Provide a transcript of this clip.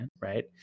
right